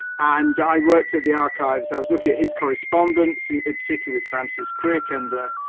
and i worked at the archives. i was looking at his correspondence in particular with francis crick and the, ah,